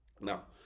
Now